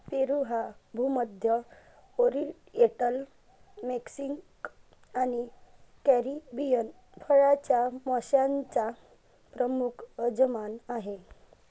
पेरू हा भूमध्य, oriental, Mexican आणि कॅरिबियन फळांच्या माश्यांचा प्रमुख यजमान आहे